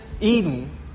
Eden